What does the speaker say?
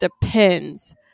depends